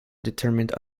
determined